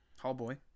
Hallboy